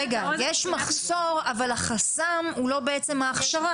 רגע, יש מחסור אבל החסם הוא לא בעצם ההכשרה.